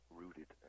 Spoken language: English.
rooted